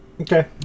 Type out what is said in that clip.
Okay